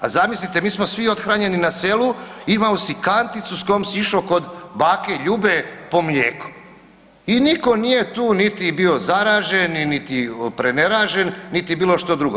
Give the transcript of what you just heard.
A zamislite, mi smo svi othranjeni na selu, imao si kanticu s kojom si išao kod bake Ljube po mlijeko i niko nije tu niti bio zaražen, niti preneražen, niti bilo što drugo.